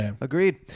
Agreed